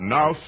Now